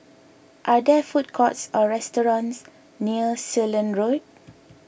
are there food courts or restaurants near Ceylon Road